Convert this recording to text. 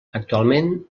actualment